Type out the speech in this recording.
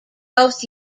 growth